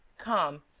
come,